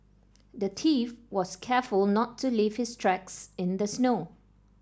the thief was careful to not to leave his tracks in the snow